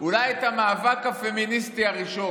אולי את המאבק הפמיניסטי הראשון,